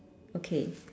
okay